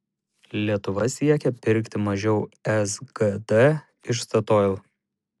lietuva siekia pirkti mažiau sgd iš statoil